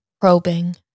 probing